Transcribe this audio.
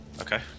Okay